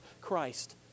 Christ